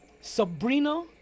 Sabrina